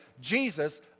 Jesus